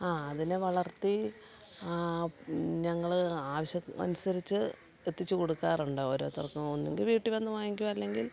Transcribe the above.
ആ അതിനെ വളർത്തി ഞങ്ങള് ആവശ്യം അനുസരിച്ച് എത്തിച്ച് കൊടുക്കാറുണ്ട് ഓരോത്തർക്കും ഒന്നുങ്കി വീട്ടില് വന്ന് വാങ്ങിക്കും അല്ലെങ്കിൽ